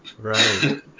Right